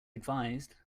advised